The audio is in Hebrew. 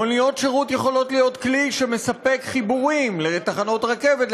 מוניות שירות יכולות להיות כלי שמספק חיבורים לתחנות רכבת,